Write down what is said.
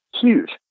huge